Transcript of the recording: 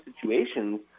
situations